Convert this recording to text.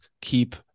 keep